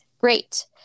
great